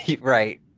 right